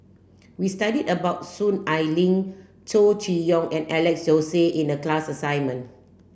we studied about Soon Ai Ling Chow Chee Yong and Alex Josey in the class assignment